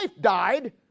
died